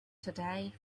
today